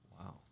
Wow